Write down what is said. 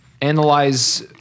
analyze